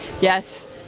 yes